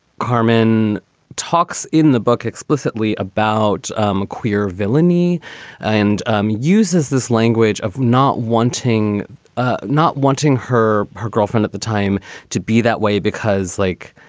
carmen talks in the book explicitly about um queer villainy and um uses this language of not wanting ah not wanting her her girlfriend at the time to be that way, because, like,